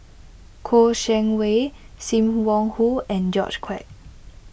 Kouo Shang Wei Sim Wong Hoo and George Quek